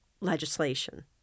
legislation